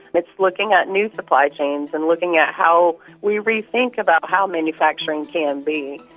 it's looking at new supply chains and looking at how we rethink about how manufacturing can be.